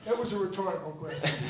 but was a rhetorical question.